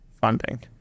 funding